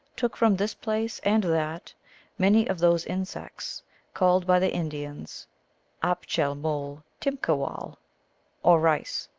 took from this place and that many of those in sects called by the indians apcjiel-moal timptcawcil or rice,